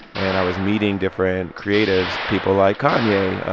and i was meeting different creatives, people like kanye,